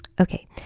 Okay